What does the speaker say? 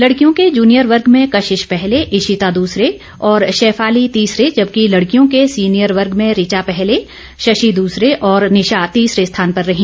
लड़कियों के जूनियर वर्ग में कशिश पहलें इशिता दूसरे और शैफाली तीसरे जबकि लडकियों के सीनियर वर्ग में रिचा पहले शशि दसरे और निशा तीसरे स्थान पर रही